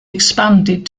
expanded